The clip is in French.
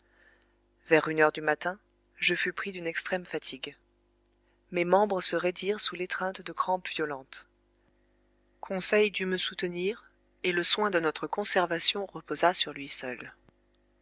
vers une heure du matin je fus pris d'une extrême fatigue mes membres se raidirent sous l'étreinte de crampes violentes conseil dut me soutenir et le soin de notre conservation reposa sur lui seul